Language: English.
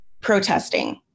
protesting